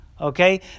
Okay